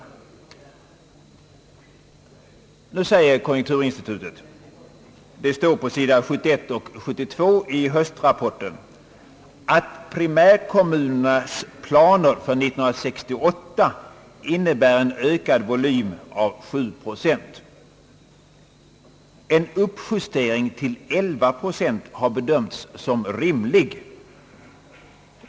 Nu säger konjunkturinstitutet på sid. 71—73 i höstrapporten, att primärkommunernas planer för 1968 innebär en ökad volym av 7 procent. En uppjustering till 11 procent har bedömts som rimlig.